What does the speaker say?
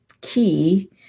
key